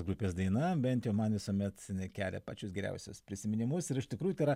grupės daina bent jau man visuomet kelia pačius geriausius prisiminimus ir iš tikrųjų ta yra